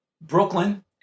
Brooklyn